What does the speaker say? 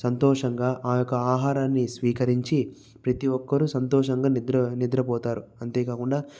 సంతోషంగా ఆ యొక్క ఆహారాన్ని స్వీకరించి ప్రతి ఒక్కరూ సంతోషంగా నిద్ర నిద్రపోతారు అంతే కాకుండా